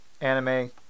anime